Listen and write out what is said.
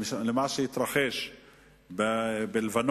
ממה שהתרחש בלבנון,